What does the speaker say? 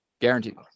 Guaranteed